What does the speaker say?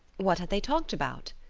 what had they talked about?